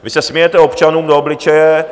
Vy se smějete občanům do obličeje.